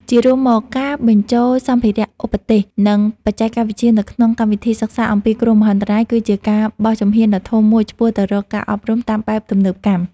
ជារួមមក ការបញ្ចូលសម្ភារ:ឧបទេស និងបច្ចេកវិទ្យាទៅក្នុងកម្មវិធីសិក្សាអំពីគ្រោះមហន្តរាយ គឺជាការបោះជំហានដ៏ធំមួយឆ្ពោះទៅរកការអប់រំតាមបែបទំនើបកម្ម។